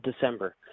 December